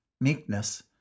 meekness